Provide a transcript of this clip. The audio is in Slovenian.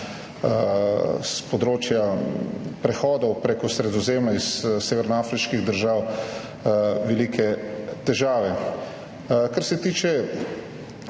s področja prehodov prek Sredozemlja iz severnoafriških držav velike težave.